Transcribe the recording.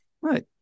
Right